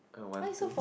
I want to